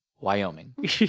Wyoming